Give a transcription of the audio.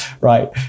Right